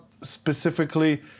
specifically